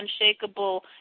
unshakable